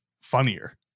funnier